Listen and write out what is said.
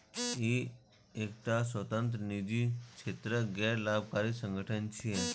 ई एकटा स्वतंत्र, निजी क्षेत्रक गैर लाभकारी संगठन छियै